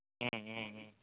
ம் ம் ம்